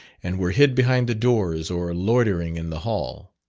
and were hid behind the doors or loitering in the hall.